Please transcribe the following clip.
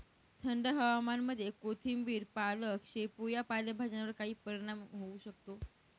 थंड हवामानामध्ये कोथिंबिर, पालक, शेपू या पालेभाज्यांवर काय परिणाम होऊ शकतो?